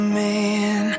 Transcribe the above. man